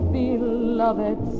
beloved